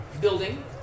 building